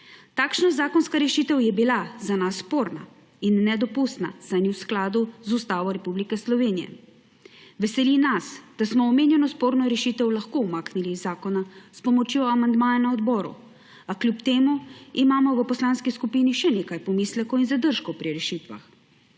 Takšna zakonska rešitev je bila za nas sporna in nedopustna, saj ni v skladu z Ustavo Republike Slovenije. Veseli nas, da smo omenjeno sporno rešitev lahko umaknili iz zakona s pomočjo amandmaja na odboru, a kljub temu imamo v poslanski skupini še nekaj pomislekov in zadržkov pri rešitvah.